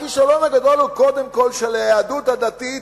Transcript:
הכישלון הגדול הוא קודם כול של היהדות הדתית,